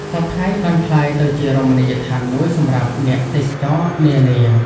សព្វថ្ងៃ បានក្លាយទៅជារមណីយដ្ឋានមួយសម្រាប់អ្នកទេសចរនានា